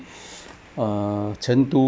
err chengdu